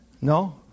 No